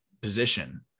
position